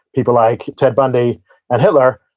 people like ted bundy and hitler.